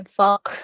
fuck